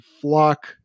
flock